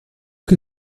que